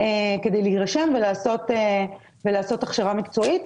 כדי להירשם ולעשות הכשרה מקצועית,